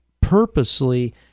purposely